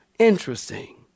Interesting